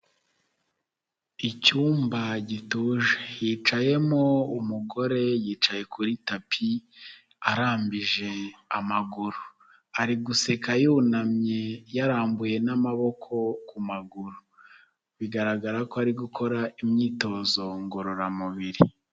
Icyumba gituje hicayemo umugore yicaye kuri tapi arambije amaguru, ari guseka yunamye yarambuye n'amaboko ku maguru bigaragara ko ari gukora imyitozo ngororamubiri.